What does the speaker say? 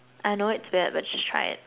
I know it's weird but just try it